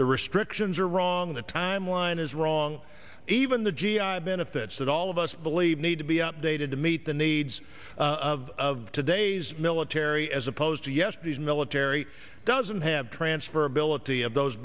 the restrictions are wrong the timeline is wrong even the g i benefits that all of us believe need to be updated to meet the needs of of today's military as opposed to yesterday's military doesn't have transferability of those